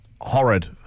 horrid